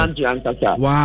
Wow